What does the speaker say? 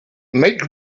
make